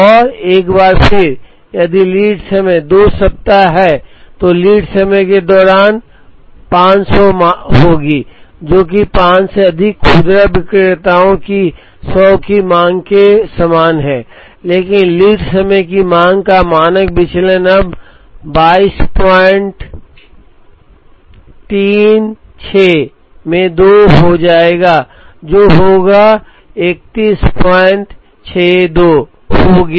और एक बार फिर यदि लीड समय 2 सप्ताह है तो लीड समय के दौरान मांग 500 होगी जो कि पांच से अधिक खुदरा विक्रेताओं की 100 की मांग के समान है लेकिन लीड समय की मांग का मानक विचलन अब 2236 में 2 हो जाएगा जो होगा 3162 हो गया